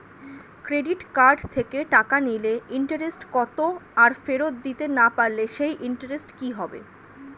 Credit card থেকে টাকা নিলে ইন্টারেস্ট কত আর ফেরত দিতে না পারলে সেই ইন্টারেস্ট কি হবে?